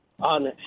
on